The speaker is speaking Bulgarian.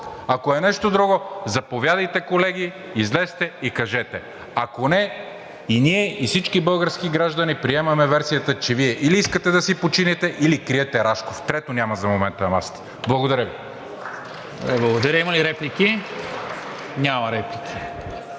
Ако е нещо друго, заповядайте, колеги, излезте и кажете. Ако не, и ние, и всички български граждани приемаме версията, че Вие или искате да си починете, или криете Рашков. Трето няма за момента на масата. Благодаря Ви. ПРЕДСЕДАТЕЛ НИКОЛА МИНЧЕВ: Добре,